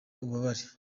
ububabare